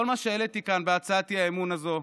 כל מה שהעליתי כאן בהצעת האי-אמון הזו,